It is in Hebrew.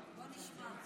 בוא נשמע.